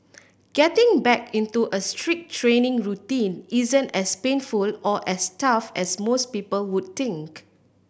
getting back into a strict training routine isn't as painful or as tough as most people would think